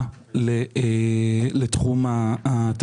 סל השירותים שהוא יכול לתת לתושבים שלו כראש רשות,